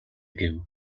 гэв